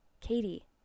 Katie